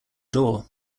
door